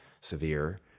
severe